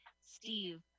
Steve